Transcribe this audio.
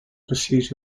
pursuit